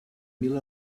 mil